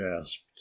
gasped